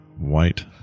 white